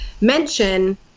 mention